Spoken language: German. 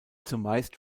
zumeist